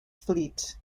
fleet